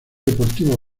deportivo